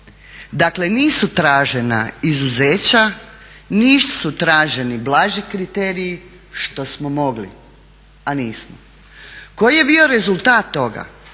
Dakle nisu tražena izuzeća, nisu traženi blaži kriteriji što smo mogli, a nismo. Koji je bio rezultat toga?